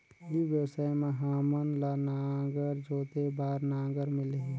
ई व्यवसाय मां हामन ला नागर जोते बार नागर मिलही?